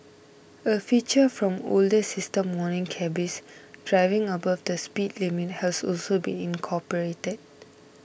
a feature from older system warning cabbies driving above the speed limit has also been incorporated